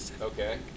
Okay